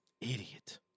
Idiot